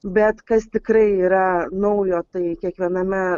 bet kas tikrai yra naujo tai kiekviename